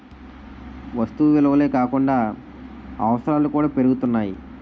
వస్తు విలువలే కాకుండా అవసరాలు కూడా పెరుగుతున్నాయి